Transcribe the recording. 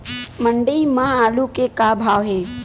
मंडी म आलू के का भाव हे?